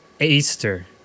Easter